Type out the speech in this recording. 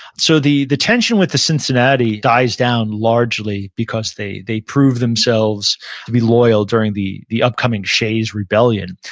so the the tension with the cincinnati dies down largely because they they prove themselves to be loyal during the the upcoming shays' rebellion,